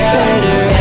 better